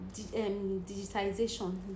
digitization